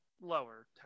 Lower